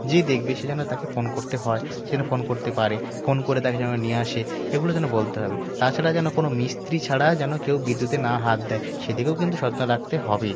যে দেখবে সে যেন তাকে ফোন করতে হয় সে যেন ফোন করতে পারে ফোন করে তাকে যেন নিয়ে আসে এগুলো যেন বলতে হবে তাছাড়া যেন কোনো মিস্ত্রি ছাড়া যেন কেউ বিদ্যুতে না হাত দেয় সে দিকেও কিন্তু সচেতনতা রাখতে হবে